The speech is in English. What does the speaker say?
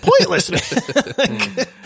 pointless